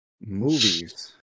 Movies